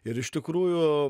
ir iš tikrųjų